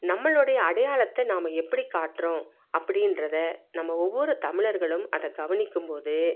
நம்மளுடைய அடையாளத்தை நாம் எப்படி காட்டுறோம் அப்படின்றத நம்ம ஒவ்வொரு தமிழர்களும் அதை கவனிக்கும்போது